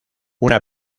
una